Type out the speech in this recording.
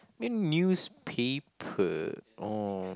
mean newspaper uh